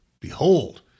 behold